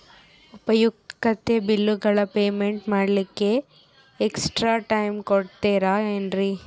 ಉಪಯುಕ್ತತೆ ಬಿಲ್ಲುಗಳ ಪೇಮೆಂಟ್ ಮಾಡ್ಲಿಕ್ಕೆ ಎಕ್ಸ್ಟ್ರಾ ಟೈಮ್ ಕೊಡ್ತೇರಾ ಏನ್ರಿ?